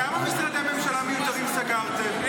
כמה משרדי ממשלה מיותרים סגרתם?